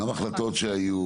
הרבה החלטות שהיו,